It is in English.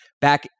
back